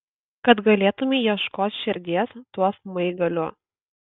kad galėtumei ieškot širdies tuo smaigaliu